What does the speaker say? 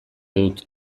dut